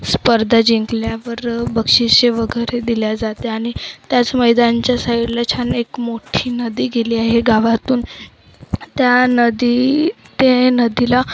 स्पर्धा जिंकल्यावर बक्षीसे वगैरे दिली जाते आणि त्याच मैदानच्या साईडला छान एक मोठी नदी गेली आहे गावातून त्या नदी ते नदीला